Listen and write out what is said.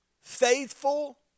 faithful